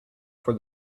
for